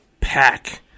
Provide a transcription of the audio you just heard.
pack